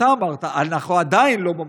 אתה אמרת: אנחנו עדיין לא במקום,